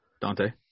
Dante